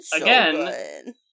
again